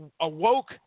awoke